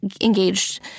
engaged